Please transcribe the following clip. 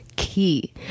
key